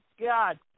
God